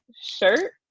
shirt